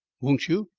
won't you?